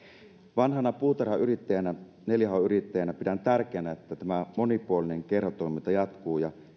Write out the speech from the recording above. vanhana puutarhayrittäjänä neljä h yrittäjänä pidän tärkeänä että tämä monipuolinen kerhotoiminta jatkuu ja